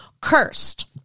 Cursed